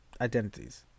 identities